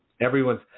everyone's